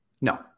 no